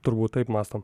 turbūt taip mąstom